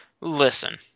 listen